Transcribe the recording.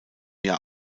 jahr